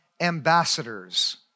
ambassadors